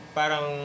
parang